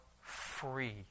free